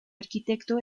arquitecto